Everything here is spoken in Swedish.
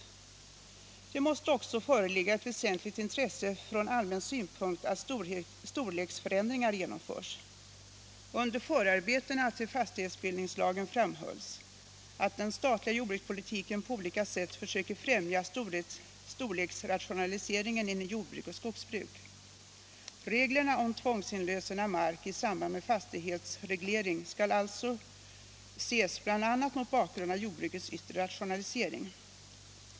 Det måste också föreligga ett väsentligt intresse från allmän synpunkt att storleksförändringar genomförs. Under förarbetena till fastighetsbildningslagen framhölls att den statliga jordbrukspolitiken på olika sätt försöker främja storleksrationaliseringen inom jordbruk och skogsbruk. Reglerna om tvångsinlösen av mark i samband med fastighetsreglering skall alltså ses bl.a. mot bakgrund av jordbrukets yttre rationalisering.